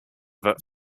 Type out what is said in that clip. that